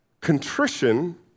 Contrition